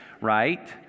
right